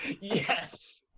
Yes